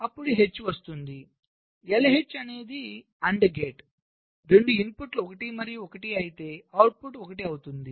అప్పుడు H వస్తుంది LH అనేది AND గేట్ రెండు ఇన్పుట్లు 1 మరియు 1 అయితే అవుట్పుట్ 1